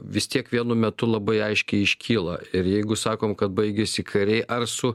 vis tiek vienu metu labai aiškiai iškyla ir jeigu sakom kad baigėsi kariai ar su